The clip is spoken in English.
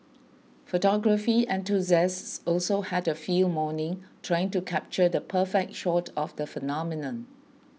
photography enthusiasts also had a field morning trying to capture the perfect shot of the phenomenon